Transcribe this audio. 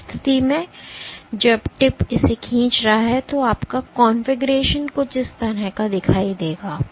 उस स्थिति में जब टिप इसे खींच रहा है तो आपका कॉन्फ़िगरेशन कुछ इस तरह दिखाई देगा